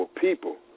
people